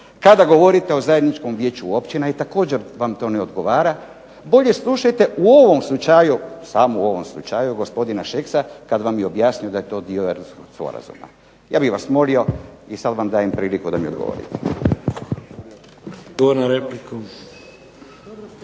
kada govorite o Zajedničkom vijeću općina i također vam to ne odgovara. Bolje slušajte u ovom slučaju, samo u ovom slučaju, gospodina Šeksa kad vam je objasnio da je to dio Erdutskog sporazuma. Ja bih vas molio i sad vam dajem priliku da mi odgovorite.